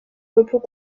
repos